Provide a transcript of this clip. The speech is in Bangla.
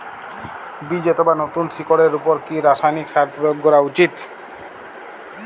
বীজ অথবা নতুন শিকড় এর উপর কি রাসায়ানিক সার প্রয়োগ করা উচিৎ?